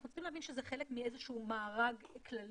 אנחנו צריכים להבין שזה חלק מאיזשהו מארג כללי,